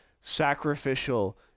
sacrificial